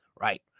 right